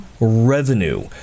revenue